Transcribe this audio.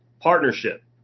partnership